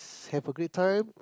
have a great time